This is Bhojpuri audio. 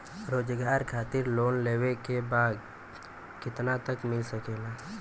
रोजगार खातिर लोन लेवेके बा कितना तक मिल सकेला?